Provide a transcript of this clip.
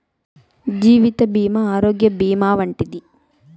జీవిత భీమా ఆరోగ్య భీమా వంటివి